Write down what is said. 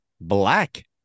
black